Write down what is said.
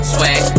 Swag